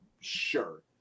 Sure